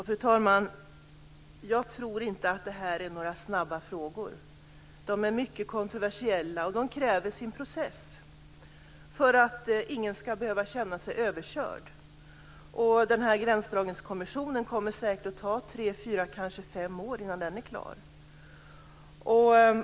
Fru talman! Jag tror inte att det här är frågor som kan lösas snabbt. De är mycket kontroversiella och kräver sin process, för att ingen ska behöva känna sig överkörd. Gränsdragningskommissionen kommer säkert att ta tre, fyra eller kanske fem år på sig att bli klar.